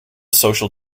social